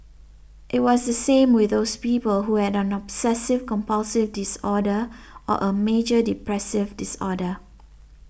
it was the same with those people who had an obsessive compulsive disorder or a major depressive disorder